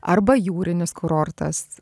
arba jūrinis kurortas